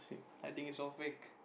I think it's all fake